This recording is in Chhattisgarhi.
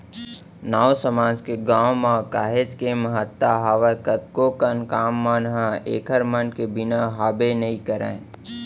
नाऊ समाज के गाँव म काहेच के महत्ता हावय कतको कन काम मन ह ऐखर मन के बिना हाबे नइ करय